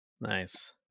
Nice